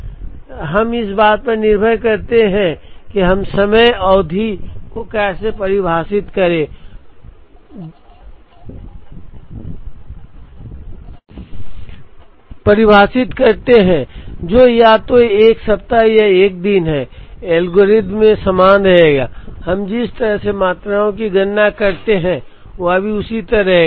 इसलिए हम इस बात पर निर्भर करते हैं कि हम समय अवधि को कैसे परिभाषित करते हैं जो या तो एक सप्ताह या एक दिन है एल्गोरिथ्म समान रहेगा और हम जिस तरह से मात्राओं की गणना करते हैं वह भी उसी तरह रहेगा